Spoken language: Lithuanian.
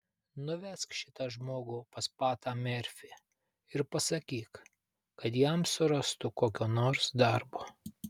nuvesk šitą žmogų pas patą merfį ir pasakyk kad jam surastų kokio nors darbo